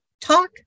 talk